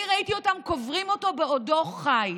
אני ראיתי אותם קוברים אותו בעודו חי.